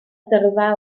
dyrfa